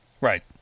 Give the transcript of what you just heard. Right